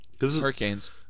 hurricanes